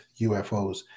UFOs